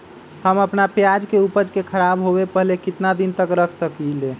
हम अपना प्याज के ऊपज के खराब होबे पहले कितना दिन तक रख सकीं ले?